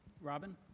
Robin